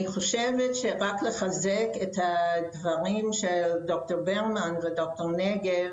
אני חושבת שרק לחזק את הדברים של ד"ר ברמן וד"ר נגב,